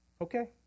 okay